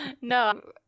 No